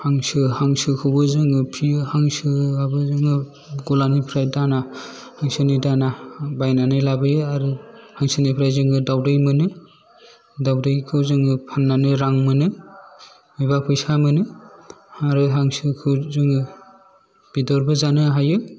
हांसो हांसोखौबो जोङो फियो हांसोआबो जोङो गलानिफ्राय दाना हांसोनि दाना बायनानै लाबोयो आरो हांसोनिफ्राय जोङो दावदै मोनो दावदैखौ जोङो फान्नानै जोङो रां मोनो एबा फैसा मोनो आरो हांसोखौ जोङो बेदरबो जानो हायो